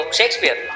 Shakespeare